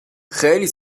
خیلی